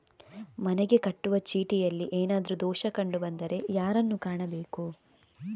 ಮನೆಗೆ ಕಟ್ಟುವ ಚೀಟಿಯಲ್ಲಿ ಏನಾದ್ರು ದೋಷ ಕಂಡು ಬಂದರೆ ಯಾರನ್ನು ಕಾಣಬೇಕು?